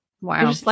wow